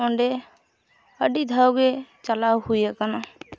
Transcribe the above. ᱚᱸᱰᱮ ᱟᱹᱰᱤ ᱫᱷᱟᱣᱜᱮ ᱪᱟᱞᱟᱣ ᱦᱩᱭ ᱟᱠᱟᱱᱟ